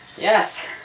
Yes